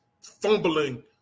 fumbling